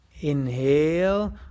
Inhale